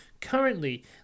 Currently